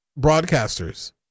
broadcasters